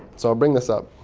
so i'll bring this up.